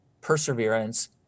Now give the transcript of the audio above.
perseverance